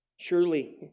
Surely